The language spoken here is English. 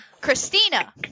Christina